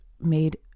made